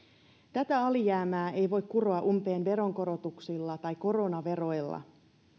tätä alijäämää ei voi kuroa umpeen veronkorotuksilla tai koronaveroilla